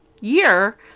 year